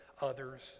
others